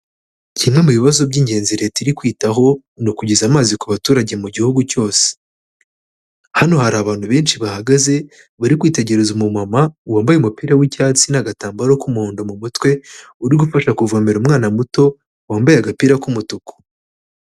Kimwe mu bibazo by'ingenzi Leta iri kwitaho, ni ukugeza amazi ku baturage mu gihugu cyose. Hano hari abantu benshi bahagaze, bari kwitegereza umumama wambaye umupira w'icyatsi n'agatambaro k'umuhondo mu mutwe, uri gufasha kuvomera umwana muto, wambaye agapira k'umutuku.